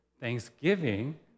Thanksgiving